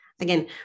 again